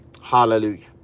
Hallelujah